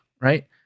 right